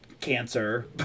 cancer